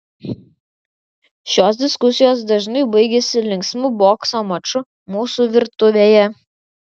šios diskusijos dažnai baigiasi linksmu bokso maču mūsų virtuvėje